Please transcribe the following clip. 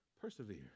Persevere